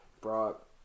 Brock